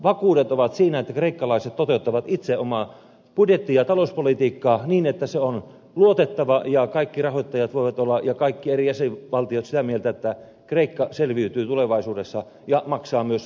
vakuudet ovat siinä että kreikkalaiset toteuttavat itse omaa budjetti ja talouspolitiikkaa niin että se on luotettavaa ja kaikki rahoittajat ja kaikki eri jäsenvaltiot voivat olla sitä mieltä että kreikka selviytyy tulevaisuudessa ja maksaa myös lainansa takaisin